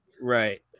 Right